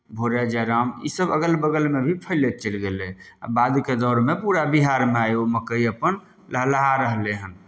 भोराइ जयराम ईसभ अगल बगलमे भी फैलैत चलि गेलै आ बादके दौरमे पूरा बिहारमे आइ ओ मक्कइ अपन लहलहा रहलै हन